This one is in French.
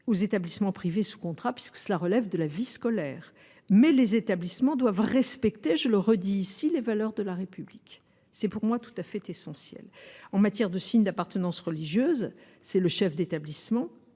les établissements privés sous contrat, puisque cela relève de la vie scolaire. Toutefois, les établissements doivent respecter, je le répète, les valeurs de la République ; c’est pour moi tout à fait essentiel. En matière de signes d’appartenance religieuse, c’est le chef d’établissement